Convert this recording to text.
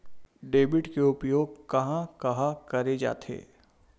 Debit के उपयोग कहां कहा करे जाथे?